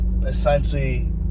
essentially